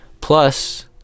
Plus